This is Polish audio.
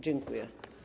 Dziękuję.